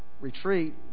retreat